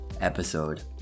episode